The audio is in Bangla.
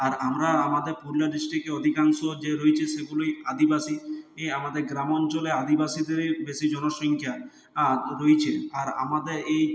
আর আমরা আমাদের পুরুলিয়া ডিস্ট্রিক্টে অধিকাংশ যে রয়েছে সেগুলোই আদিবাসী আমাদের গ্রামাঞ্চলে আদিবাসীদেরই বেশি জন আর রয়ছে আর আমাদের এই